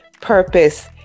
purpose